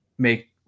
Make